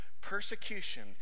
persecution